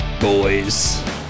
boys